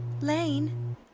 lane